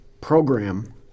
program